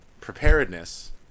preparedness